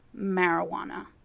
marijuana